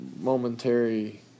momentary